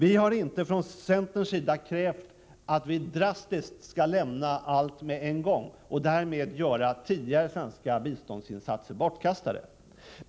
Vi har inte från centerns sida krävt att vi drastiskt skall lämna allt med en gång och därmed göra tidigare svenska biståndsinsatser bortkastade.